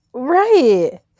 Right